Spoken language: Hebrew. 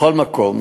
מכל מקום,